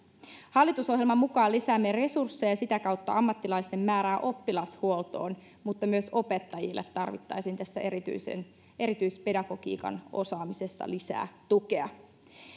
hallitusohjelman mukaan lisäämme resursseja ja sitä kautta ammattilaisten määrää oppilashuoltoon mutta myös opettajille tarvittaisiin tässä erityispedagogiikan osaamisessa lisää tukea